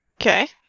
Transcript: Okay